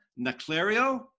Naclerio